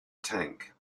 tank